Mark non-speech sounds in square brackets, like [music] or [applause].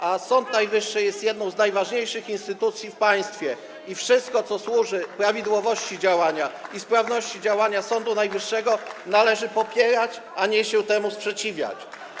a Sąd Najwyższy jest jedną z najważniejszych instytucji w państwie [applause] i wszystko, co służy prawidłowości działania i sprawności działania Sądu Najwyższego, należy popierać, a nie sprzeciwiać się temu.